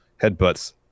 headbutts